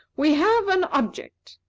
we have an object.